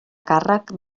càrrec